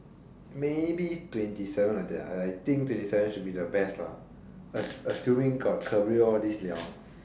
maybe twenty seven like that lah I think twenty seven should be the best lah ass~ assuming got career all this [liao]